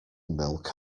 milk